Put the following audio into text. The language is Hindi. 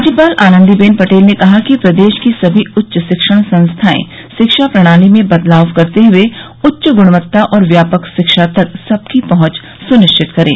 राज्यपाल आनन्दीबेन पटेल ने कहा कि प्रदेश की सभी उच्च शिक्षण संस्थाएं शिक्षा प्रणाली में बदलाव करते हुए उच्च गुणवत्ता और व्यापक शिक्षा तक सबकी पहुंच सुनिश्चित करे